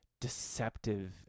Deceptive